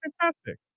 Fantastic